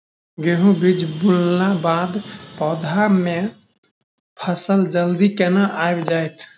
गेंहूँ बीज बुनला बाद पौधा मे फसल जल्दी केना आबि जाइत?